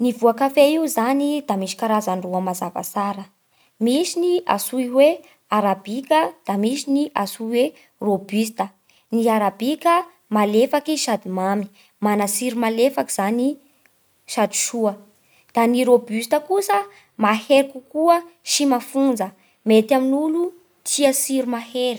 Ny voan-kafe io zany da misy karazany roa mazava tsara: misy ny antsoy hoe arabika, da misy ny antsoy hoe rôbusta. Ny arabika malefaky sady mamy, mana tsiro malefaky zany i sady soa. Da ny rôbusta kosa mahery kokoa sy mafonja, mety amin'olo tia tsiro mahery.